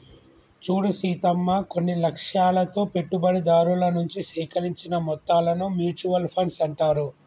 చూడు సీతమ్మ కొన్ని లక్ష్యాలతో పెట్టుబడిదారుల నుంచి సేకరించిన మొత్తాలను మ్యూచువల్ ఫండ్స్ అంటారు